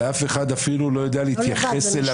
ואף אחד אפילו לא יודע להתייחס אליו.